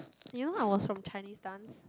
you know i was from Chinese dance